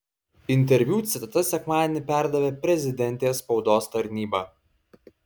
interviu citatas sekmadienį perdavė prezidentės spaudos tarnyba